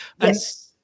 Yes